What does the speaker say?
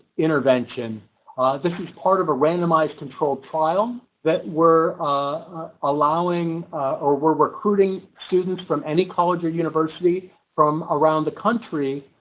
intervention this is part of a randomized control trial that were allowing or we're recruiting students from any college or university from around the country?